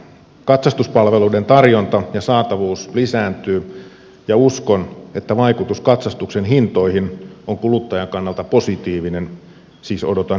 katsastuspalveluiden tarjonta ja saatavuus lisääntyvät ja uskon että vaikutus katsastuksen hintoihin on kuluttajan kannalta positiivinen siis odotan hintojen laskevan